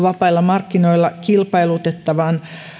vapailla markkinoilla kilpailutettava